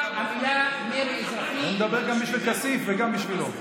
המילים "מרי אזרחי" אני מדבר גם בשביל כסיף וגם בשבילו.